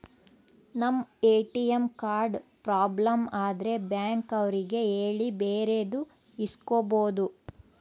ನಮ್ ATM card problem ಆದ್ರೆ bank ಅವ್ರಿಗೆ ಹೇಳಿ ಬೇರೆದು ಇಸ್ಕೊಬೋದು